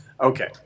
Okay